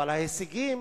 אבל ההישגים